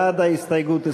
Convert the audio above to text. בעד ההסתייגות,